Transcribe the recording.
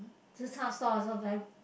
tze-char stall also very